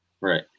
right